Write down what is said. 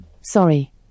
Sorry